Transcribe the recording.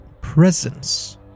presence